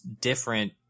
different